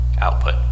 Output